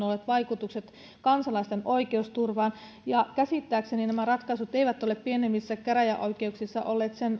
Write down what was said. olleet vaikutukset kansalaisten oikeusturvaan käsittääkseni ratkaisut eivät ole pienemmissä käräjäoikeuksissa olleet sen